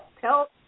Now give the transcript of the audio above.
tell